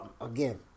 again